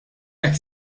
hekk